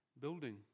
Building